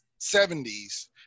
70s